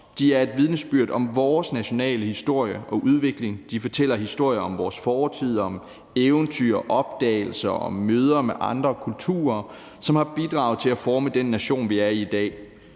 De er et vidnesbyrd om vores nationale historie og udvikling. De fortæller historier om vores fortid, om eventyr, om opdagelser og om møder med andre kulturer, som har bidraget til at forme den nation, vi er i dag.